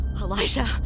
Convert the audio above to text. Elijah